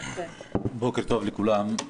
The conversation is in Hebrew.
בוקר טוב לכולם.